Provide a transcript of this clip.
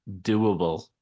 doable